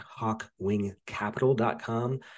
hawkwingcapital.com